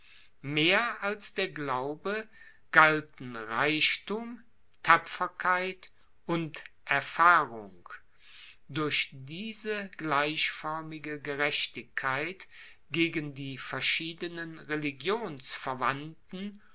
mehr als der glaube galten reichthum tapferkeit und erfahrung durch diese gleichförmige gerechtigkeit gegen die verschiedenen